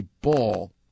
ball